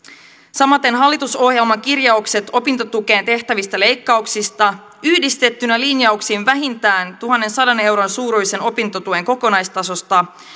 samaten hallitusohjelman kirjaukset opintotukeen tehtävistä leikkauksista yhdistettynä linjauksiin vähintään tuhannensadan euron suuruisen opintotuen kokonaistasosta